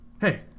hey